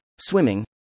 swimming